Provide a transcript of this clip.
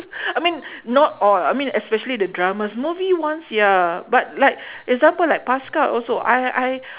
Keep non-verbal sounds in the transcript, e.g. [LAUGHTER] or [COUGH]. [BREATH] I mean [BREATH] not all I mean especially the dramas movies one ya but like [BREATH] example like paskal also I I